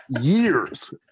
years